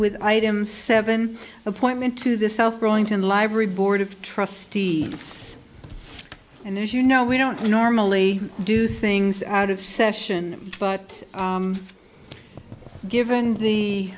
with items seven appointment to the south burlington library board of trustees and as you know we don't normally do things out of session but given the